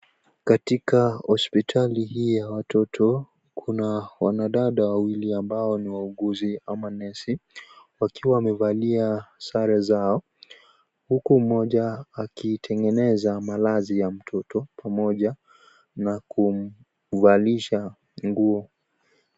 Katika hospitali hii ya watoto kuna wanadada wawili ambao ni wa uguzi ama nesi wakiwa wamevalia sare zao huku mmoja akitengeneza malazi ya mtoto pamoja na kumvalisha nguo.